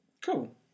cool